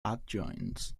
adjoins